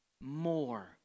more